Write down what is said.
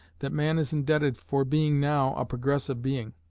that man is indebted for being now a progressive being.